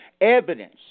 evidence